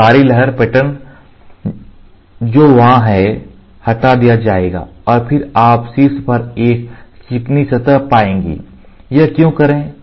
तो सारी लहर पैटर्न जो वहाँ है हटा दिया जाएगा और फिर आप शीर्ष पर एक चिकनी सतह पाएंगे यह क्यों करें